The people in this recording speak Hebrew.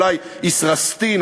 אולי "ישראסטין",